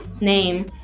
name